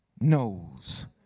knows